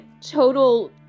total